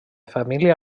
família